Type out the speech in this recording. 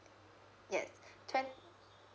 yes twen~